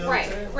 Right